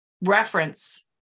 reference